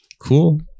cool